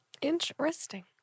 Interesting